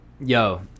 yo